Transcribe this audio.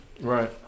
Right